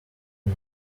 new